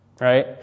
right